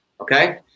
Okay